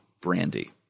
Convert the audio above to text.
Brandy